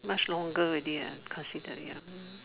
much longer already ah considered ya